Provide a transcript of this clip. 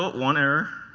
one error.